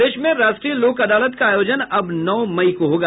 प्रदेश में राष्ट्रीय लोक अदालत का आयोजन अब नौ मई को होगा